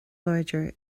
láidir